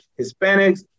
Hispanics